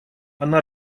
она